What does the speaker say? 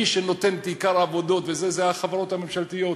מי שנותן את עיקר העבודות זה החברות הממשלתיות,